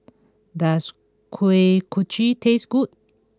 does Kuih Kochi taste good